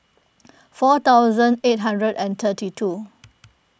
four thousand eight hundred and thirty two